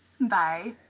bye